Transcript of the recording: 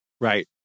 Right